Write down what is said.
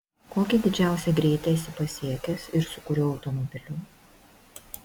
kokį didžiausią greitį esi pasiekęs ir su kuriuo automobiliu